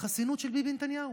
בחסינות של ביבי נתניהו.